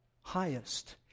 highest